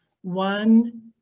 one